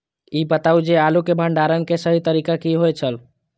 ई बताऊ जे आलू के भंडारण के सही तरीका की होय छल?